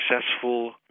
successful